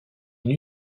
une